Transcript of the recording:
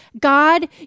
God